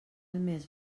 més